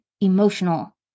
emotional